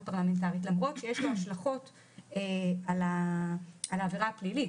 פרלמנטרית למרות שיש לו השלכות על העבירה הפלילית.